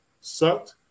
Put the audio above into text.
sucked